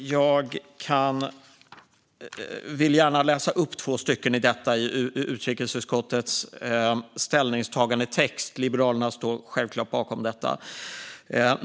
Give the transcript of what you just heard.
Jag vill gärna läsa upp två stycken ur utrikesutskottets ställningstagandetext. Liberalerna står självklart bakom detta.